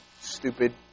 Stupid